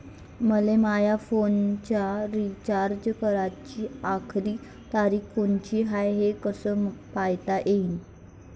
मले माया फोनचा रिचार्ज कराची आखरी तारीख कोनची हाय, हे कस पायता येईन?